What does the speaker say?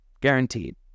Guaranteed